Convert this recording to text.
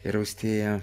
ir austėja